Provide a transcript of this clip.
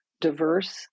diverse